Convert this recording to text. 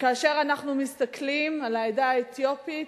כאשר אנחנו מסתכלים על העדה האתיופית,